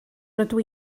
rydw